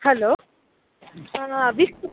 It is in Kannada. ಹಲೋ